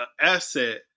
asset